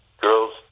Girls